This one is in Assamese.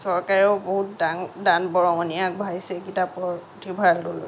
চৰকাৰেও বহুত দং দান বৰঙণি আগবঢ়াইছে এই কিতাপৰ পুথিভঁড়ালটোলৈ